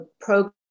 program